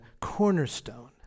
cornerstone